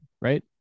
right